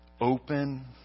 open